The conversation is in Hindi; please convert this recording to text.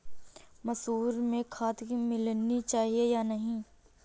मसूर में खाद मिलनी चाहिए या नहीं?